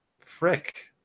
Frick